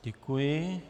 Děkuji.